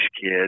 kid